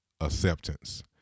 acceptance